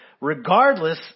Regardless